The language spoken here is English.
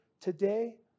today